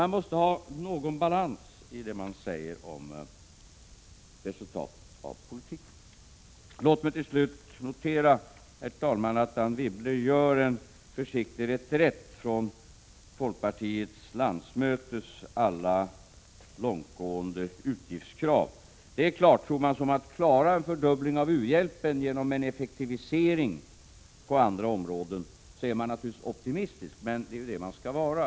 Det måste finnas någon balans i det man säger om resultatet av politiken. Låt mig till slut notera, herr talman, att Anne Wibble gör en försiktig reträtt från folkpartiets landsmötes alla långtgående utgiftskrav. Det är klart att om man tror sig klara en fördubbling av u-hjälpen genom en effektivisering på andra områden är man naturligtvis optimistisk, men det skall man ju vara.